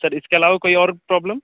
سر اس کے علاوہ کوئی اور پرابلم